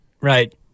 right